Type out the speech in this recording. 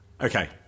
Okay